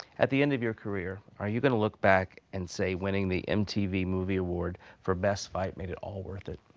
at the end of your career, are you gonna look back and say winning the mtv movie award for best fight made it all worth it?